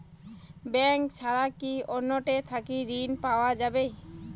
Bank ছাড়া কি অন্য টে থাকি ঋণ পাওয়া যাবে?